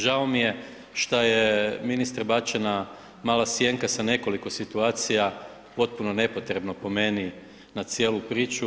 Žao mi je šta je ministre bačena mala sjenka sa nekoliko situacija, potpuno nepotrebno po meni, na cijelu priču.